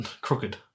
crooked